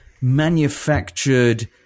manufactured